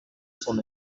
son